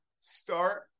start